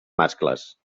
mascles